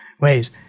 ways